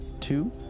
two